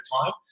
time